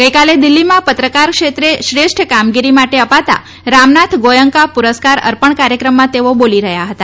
ગઇકાલે દિલ્હીમાં પત્રકાર ક્ષેત્રે શ્રેષ્ઠ કામગીરી માટે અપાતા રામનાથ ગોયંકા પુરસ્કાર અર્પણ કાર્યક્રમમાં તેઓ બોલી રહ્યા હતા